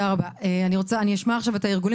אני אשמע את הארגונים